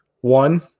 One